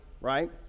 right